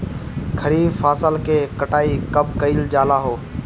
खरिफ फासल के कटाई कब कइल जाला हो?